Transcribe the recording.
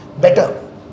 better